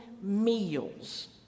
meals